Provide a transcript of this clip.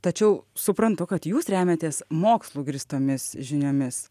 tačiau suprantu kad jūs remiatės mokslu grįstomis žiniomis